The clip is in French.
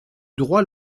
droit